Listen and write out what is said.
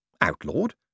Outlawed